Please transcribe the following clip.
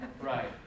Right